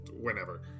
whenever